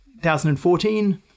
2014